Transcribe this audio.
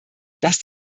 das